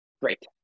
Great